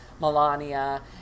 Melania